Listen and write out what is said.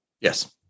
yes